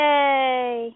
Yay